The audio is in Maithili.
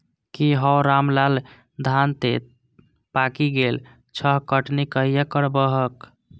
की हौ रामलाल, धान तं पाकि गेल छह, कटनी कहिया करबहक?